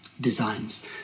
designs